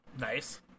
Nice